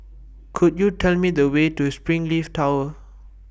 Could YOU Tell Me The Way to Springleaf Tower